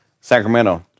Sacramento